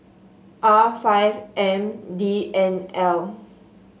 R five M D N L